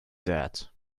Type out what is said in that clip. that